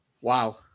Wow